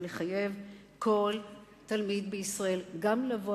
אבל לחייב כל תלמיד בישראל גם לבוא,